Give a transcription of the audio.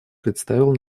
представил